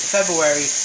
February